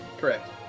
Correct